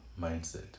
mindset